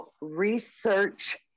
research